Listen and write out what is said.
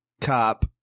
cop